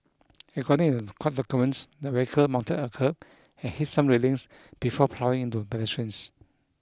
according to court documents the vehicle mounted a kerb and hit some railings before ploughing into pedestrians